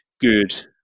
good